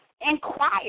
inquire